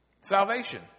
Salvation